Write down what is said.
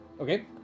Okay